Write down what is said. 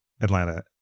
Atlanta